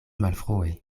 malfrue